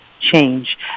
change